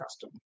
custom